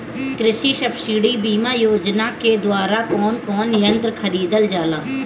कृषि सब्सिडी बीमा योजना के द्वारा कौन कौन यंत्र खरीदल जाला?